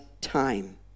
time